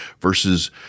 versus